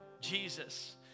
Jesus